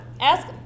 Ask